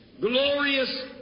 glorious